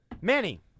Manny